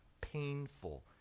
painful